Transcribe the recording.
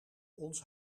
ons